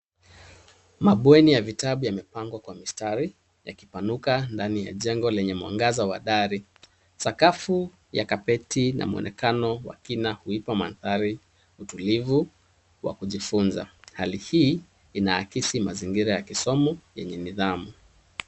Mabweni ya vitabu yamepangwa kwa mistari yakipanuka ndani ya jengo lenye mwangaza wa dari. Sakafu ya kapeti na mwonekano wa kina huipa mandhari utulivu na kujifunza. Hali hii inaakisi mazingira ya kisomo yenye nidhamu.